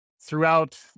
throughout